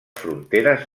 fronteres